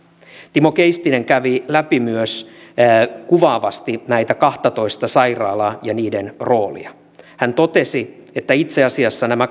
timo keistinen kävi läpi kuvaavasti näitä kahtatoista sairaalaa ja niiden roolia hän totesi että itse asiassa nämä